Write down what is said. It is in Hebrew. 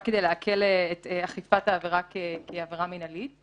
כדי להקל את אכיפת העבירה כעבירה מינהלית.